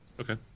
okay